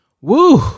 Woo